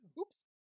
Oops